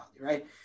right